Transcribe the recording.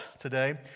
today